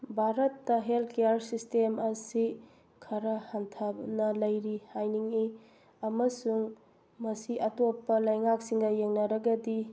ꯚꯥꯔꯠꯇ health care system ꯑꯁꯤ ꯈꯔ ꯍꯟꯊꯅ ꯂꯩꯔꯤ ꯍꯥꯏꯅꯤꯡꯉꯤ ꯑꯃꯁꯨꯡ ꯃꯁꯤ ꯑꯇꯣꯞꯄ ꯂꯩꯉꯥꯛꯁꯤꯡꯒ ꯌꯦꯡꯅꯔꯒꯗꯤ